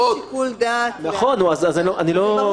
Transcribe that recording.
יש גישה שאומרת הפוך: אתם המשטרה צריכה להוכיח,